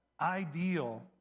ideal